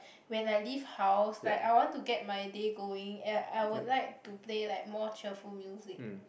when I leave house like I want to get my day going and I would like to play like more cheerful music